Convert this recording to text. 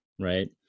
Right